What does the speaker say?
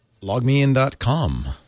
LogMeIn.com